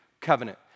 covenant